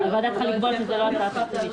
אבל אם הוא לא היה עושה מעשה עילאי,